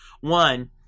One